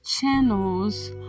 channels